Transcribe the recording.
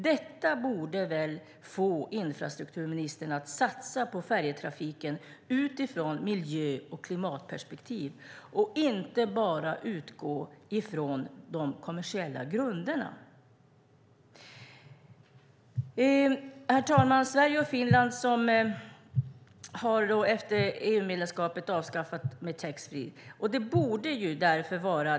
Detta borde väl få infrastrukturministern att satsa på färjetrafiken utifrån miljö och klimatperspektiv och inte bara utgå från de kommersiella grunderna. Herr talman! Sverige och Finland har efter att man blev medlemmar i EU avskaffat taxfreeförsäljningen.